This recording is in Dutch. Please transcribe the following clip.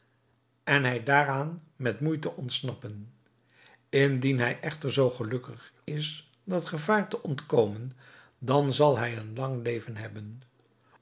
en hij daaraan met moeite ontsnappen indien hij echter zoo gelukkig is dat gevaar te ontkomen dan zal hij een lang leven hebben